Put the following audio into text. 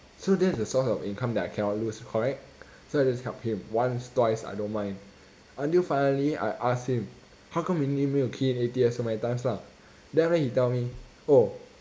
so that's the source of income that I cannot lose correct so I just help him once twice I don't mind until finally I asked him how come you need me key in A_T_S so many times lah then after that he tell me oh